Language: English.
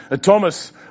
Thomas